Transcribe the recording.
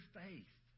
faith